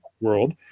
world